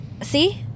see